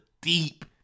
deep